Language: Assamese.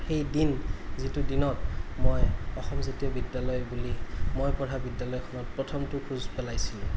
সেই দিন যিটো দিনত মই অসম জাতীয় বিদ্য়ালয় বুলি মই পঢ়া বিদ্য়ালয়খনত প্ৰথমটো খোজ পেলাইছিলোঁ